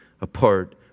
apart